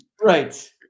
Right